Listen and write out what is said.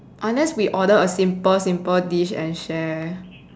unless we order a simple simple dish and share